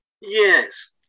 Yes